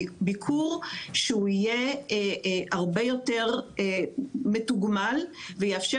ביקור שיהיה הרבה יותר מתוגמל ויאפשר